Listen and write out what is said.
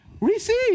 Receive